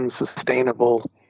unsustainable